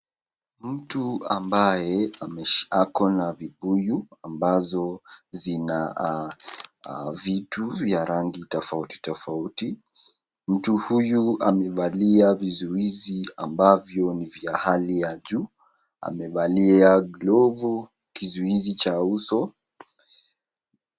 Mtu ambaye akona vibuyu ambazo zina vitu vya rangi tofauti tofauti. Mtu huyu amevalia vizuizi ambavyo ni vya hali ya juu. Amevalia glovu, kizuizi cha uso.